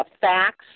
Facts